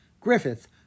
Griffith